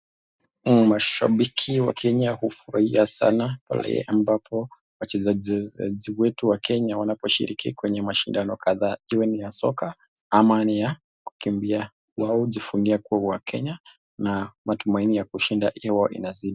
Mashabiki wa kenya fuhurahia sana pale ambapo wachezaji wetu wa kenya wanaposhiriki kwenye mashindano kadhaa iwe ni ya soka ama ni ya kukimbia. Wao hujivunia kuwa wakenya na matumaini ya kushinda huwa inazidii.